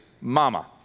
mama